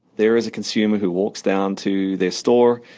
there is a consumer who walks down to their store,